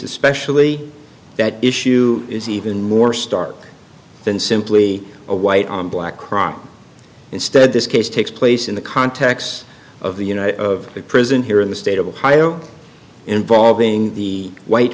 especially that issue is even more stark than simply a white on black crime instead this case takes place in the context of the united the prison here in the state of ohio involving the white